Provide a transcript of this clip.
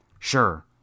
Sure